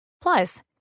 Plus